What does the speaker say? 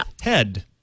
head